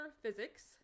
physics